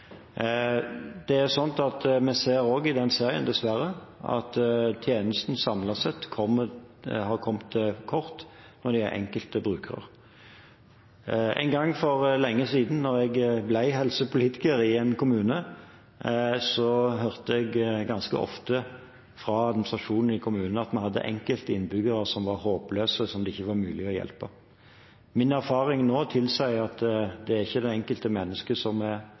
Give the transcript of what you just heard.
Vi ser også i den serien, dessverre, at tjenesten samlet sett har kommet til kort når det gjelder enkelte brukere. En gang for lenge siden da jeg ble helsepolitiker i en kommune, hørte jeg ganske ofte fra administrasjonen i kommunen at vi hadde enkelte innbyggere som var håpløse og ikke mulig å hjelpe. Min erfaring nå tilsier at det ikke er det enkelte mennesket som er